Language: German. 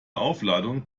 aufladung